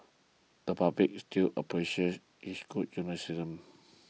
the public still appreciates good journalism